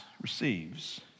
receives